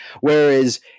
whereas